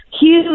huge